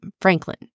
Franklin